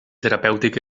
terapèutic